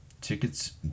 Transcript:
Tickets